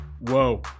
Whoa